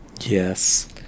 yes